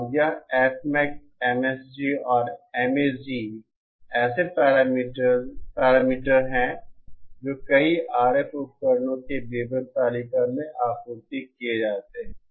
और यह Fmax MSG और MAG ऐसे पैरामीटर हैं जो कई RF उपकरणों के विवरण तालिका में आपूर्ति किए जाते हैं